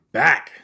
back